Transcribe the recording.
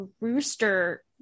rooster